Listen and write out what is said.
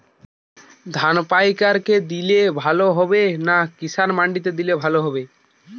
ধান পাইকার কে দিলে ভালো হবে না কিষান মন্ডিতে দিলে ভালো হবে?